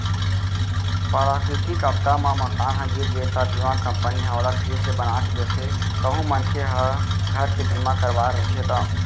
पराकरितिक आपदा म मकान ह गिर गे त बीमा कंपनी ह ओला फिर से बनाके देथे कहूं मनखे ह घर के बीमा करवाय रहिथे ता